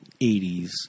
80s